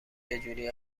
چجوری